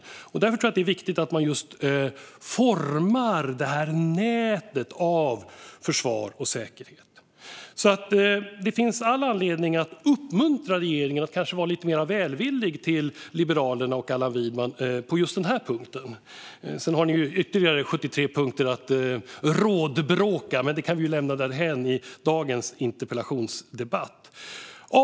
Därför tror jag att det är viktigt att forma det här nätet av försvar och säkerhet. Det finns alltså all anledning att uppmuntra regeringen att vara lite mer välvillig till Liberalerna och Allan Widman på just den här punkten. Sedan har ni ytterligare 73 punkter att rådbråka om, men det kan vi lämna därhän i den här interpellationsdebatten. Fru talman!